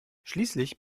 schließlich